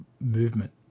movement